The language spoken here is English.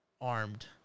armed